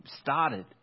started